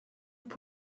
have